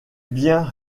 bien